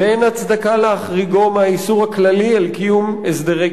ואין הצדקה להחריגו מהאיסור הכללי על קיום הסדרי כבילה."